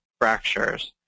fractures